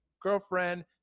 Girlfriend